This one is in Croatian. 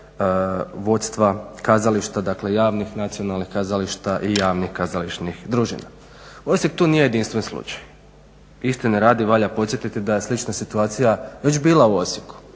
vodstva kazališta, dakle javnih nacionalnih kazališta i javnih kazališnih družina. Osijek tu nije jedinstven slučaj. Istine radi, valja podsjetiti da je slična situacija već bila u Osijeku